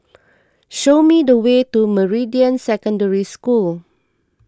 show me the way to Meridian Secondary School